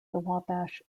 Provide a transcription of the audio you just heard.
wabash